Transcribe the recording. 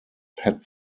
pet